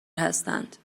هستند